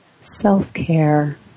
Self-care